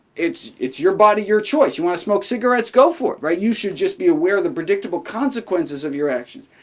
it's it's your body, your choice. you want to smoke cigarettes? go for it, right? you should just be aware of the predictable consequences of your actions.